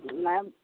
नहि